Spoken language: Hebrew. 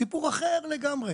זה סיפור אחר לגמרי.